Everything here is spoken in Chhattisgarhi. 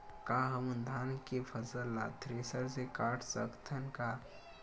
का हमन धान के फसल ला थ्रेसर से काट सकथन का?